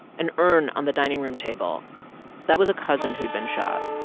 an urn on the dining room table that was a cousin who'd been shot.